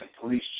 Police